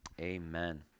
Amen